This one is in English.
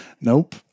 Nope